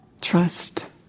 Trust